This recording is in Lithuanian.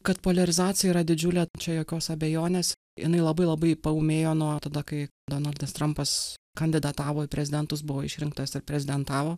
kad poliarizacija yra didžiulė čia jokios abejonės jinai labai labai paūmėjo nuo tada kai donaldas trampas kandidatavo į prezidentus buvo išrinktas ir prezidentavo